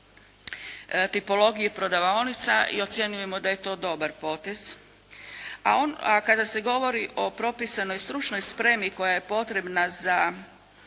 tipologije prodavaonica i ocjenjujemo da je to dobar potez, a kada se govori o propisanoj stručnoj spremi koja je potrebna za